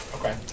Okay